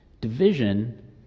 Division